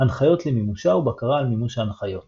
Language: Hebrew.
הנחיות למימושה ובקרה על מימוש ההנחיות